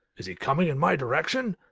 is he coming in my direction?